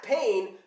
pain